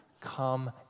come